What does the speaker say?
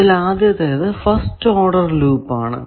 അതിൽ ആദ്യത്തേത് first order loop ആണ്